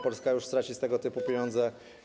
Polska już traci z tego tytułu pieniądze.